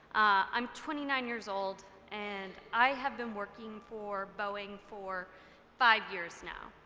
i'm twenty nine years old, and i have been working for boeing for five years now.